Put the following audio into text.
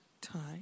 time